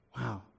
wow